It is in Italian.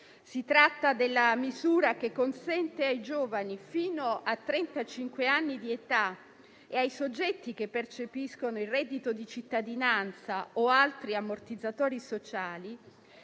si tratta della misura che consente ai giovani fino a trentacinque anni di età e ai soggetti che percepiscono il reddito di cittadinanza o altri ammortizzatori sociali